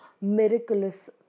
miraculous